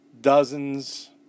Dozens